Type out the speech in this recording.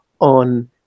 on